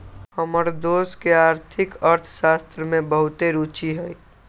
हमर दोस के आर्थिक अर्थशास्त्र में बहुते रूचि हइ